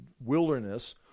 wilderness